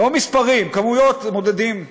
לא מספרים, בכמויות מודדים קמח,